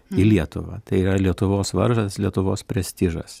į lietuvą tai yra lietuvos vardas lietuvos prestižas